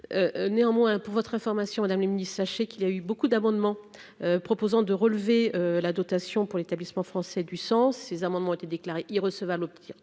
néanmoins, pour votre information Madame le Ministre, sachez qu'il y a eu beaucoup d'amendements proposant de relever la dotation pour l'établissement français du sang, ces amendements ont été déclarées irrecevables